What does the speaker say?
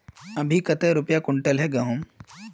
अभी कते रुपया कुंटल है गहुम?